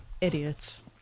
Idiots